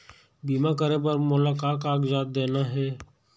बीमा करे बर मोला का कागजात देना हे?